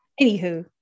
anywho